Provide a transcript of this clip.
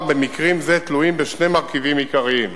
במקרה זה תלויים בשני מרכיבים עיקריים: